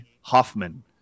Hoffman